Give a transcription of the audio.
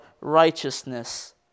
righteousness